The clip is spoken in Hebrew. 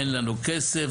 אין לנו כסף,